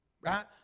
right